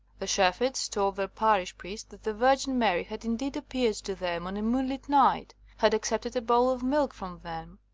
the shepherds told their parish priest that the virgin mary had in deed appeared to them on a moonlit night, had accepted a bowl of milk from them,